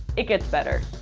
it gets better.